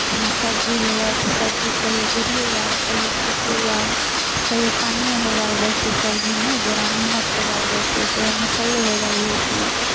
जेना सब्जी होलै तऽ सब्जी कहिओ जैरिये गेल कहिओ सुखिये गेल कहिओ पानीये हो गेल बहुते सब्जीमे जेना नीमक हो गेल बहुते कहियौ मस्सले हो गेल बेसी